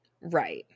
Right